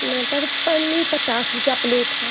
मटर पनीर पचास रुपिया प्लेट है